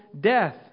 death